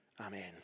Amen